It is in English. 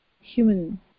Human